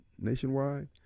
nationwide